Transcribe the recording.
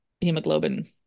hemoglobin